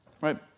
right